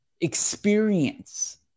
experience